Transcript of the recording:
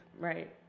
Right